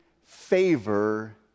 favor